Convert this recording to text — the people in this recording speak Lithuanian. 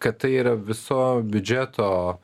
kad tai yra viso biudžeto